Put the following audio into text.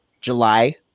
July